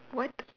what